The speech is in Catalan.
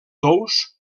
tous